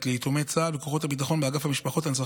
ליתומי צה"ל וכוחות הביטחון באגף משפחות,